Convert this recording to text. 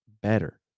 better